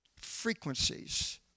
frequencies